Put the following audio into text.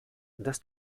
dass